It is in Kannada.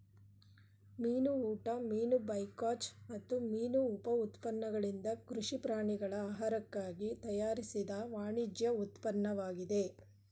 ಮೀನು ಊಟ ಮೀನು ಬೈಕಾಚ್ ಮತ್ತು ಮೀನು ಉಪ ಉತ್ಪನ್ನಗಳಿಂದ ಕೃಷಿ ಪ್ರಾಣಿಗಳ ಆಹಾರಕ್ಕಾಗಿ ತಯಾರಿಸಿದ ವಾಣಿಜ್ಯ ಉತ್ಪನ್ನವಾಗಿದೆ